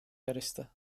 yarıştı